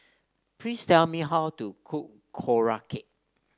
please tell me how to cook Korokke